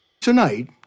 Tonight